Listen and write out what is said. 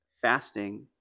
fasting